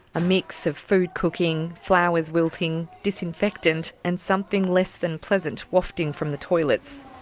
a mix of food cooking, flowers wilting, disinfectant and something less than pleasant wafting from the toilets.